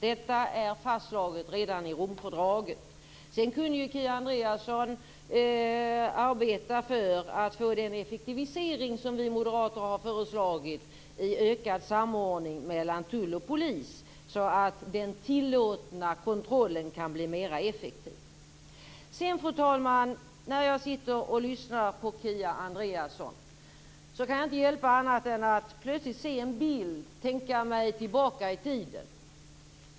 Detta är fastslaget redan i Romfördraget. Sedan kunde ju Kia Andreasson arbeta för att få den effektivisering som vi moderater har föreslagit i ökad samordning mellan tull och polis, så att den tillåtna kontrollen kan bli mer effektiv. Fru talman! När jag lyssnar på Kia Andreasson kan jag inte hjälpa att jag plötsligt ser en bild och tänker mig tillbaka i tiden.